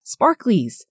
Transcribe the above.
sparklies